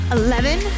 eleven